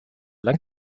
lang